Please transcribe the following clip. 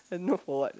I don't know for what